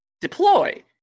deploy